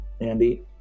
Andy